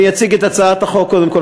אני אציג את הצעת החוק קודם כול,